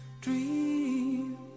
dream